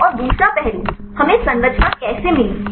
और दूसरा पहलू हमें संरचना कैसे मिली